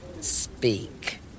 Speak